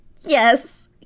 yes